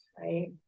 Right